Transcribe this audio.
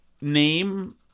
name